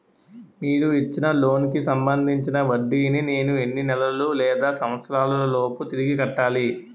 మీరు ఇచ్చిన లోన్ కి సంబందించిన వడ్డీని నేను ఎన్ని నెలలు లేదా సంవత్సరాలలోపు తిరిగి కట్టాలి?